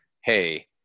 hey